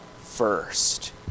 first